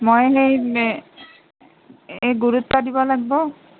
মই সেই গুৰুত্ব দিব লাগিব